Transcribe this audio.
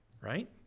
right